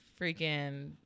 freaking